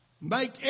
make